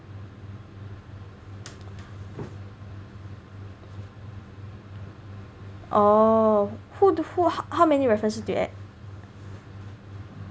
orh wh~ who how many references do you add